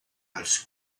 als